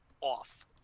off